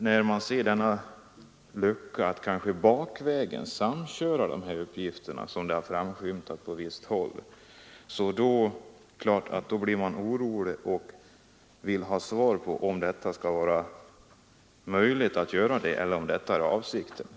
När man nu ser att det finns möjlighet att bakvägen samköra dessa uppgifter, vilket har framskymtat på visst håll, blir man orolig och vill veta om det är möjligt att göra så och om det är avsikten.